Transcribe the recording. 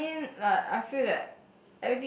I I mean like I feel that